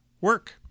work